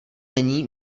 není